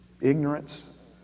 ignorance